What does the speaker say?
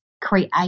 create